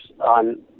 on